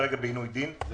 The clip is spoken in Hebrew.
יש